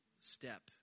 step